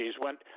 Went